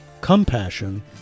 compassion